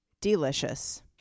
delicious